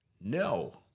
No